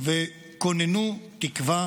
וכוננו תקווה